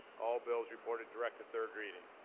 all bills reported direct to third reading.